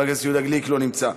הכנסת אחמד טיבי, לא נמצא,